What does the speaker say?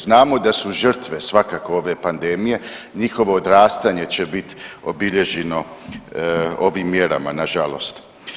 Znamo da su žrtve svakako ove pandemije, njihovo odrastanje će bit obilježeno ovim mjerama nažalost.